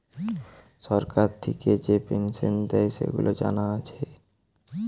সরকার থিকে যে পেনসন দেয়, সেগুলা জানা আছে